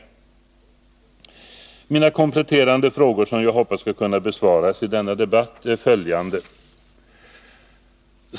Mina kompletterande frågor, som jag hoppas skall kunna besvaras i denna debatt, är följande.